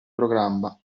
programma